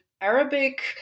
Arabic